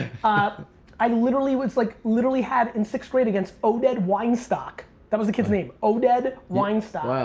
ah i literally was like, literally had in sixth grade against oded weinstock, that was the kid's name oded weinstock.